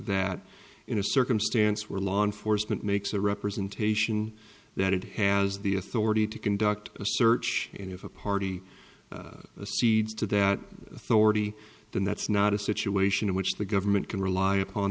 that in a circumstance where law enforcement makes a representation that it has the authority to conduct a search and if a party cedes to that authority then that's not a situation in which the government can rely upon